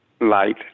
light